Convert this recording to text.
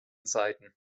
seiten